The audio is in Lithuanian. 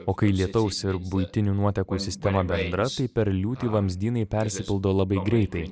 o kai lietaus ir buitinių nuotekų sistema bendra tai per liūtį vamzdynai persipildo labai greitai